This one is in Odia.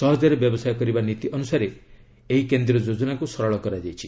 ସହଜରେ ବ୍ୟବସାୟ କରିବା ନୀତି ଅନୁସାରେ ଏହି କେନ୍ଦ୍ରୀୟ ଯୋଜନାକୁ ସରଳ କରାଯାଇଛି